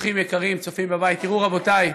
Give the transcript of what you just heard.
אורחים יקרים, צופים בבית, תראו, רבותיי,